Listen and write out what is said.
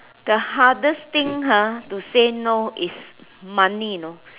the hardest thing ha to say no is money you know